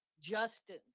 Justin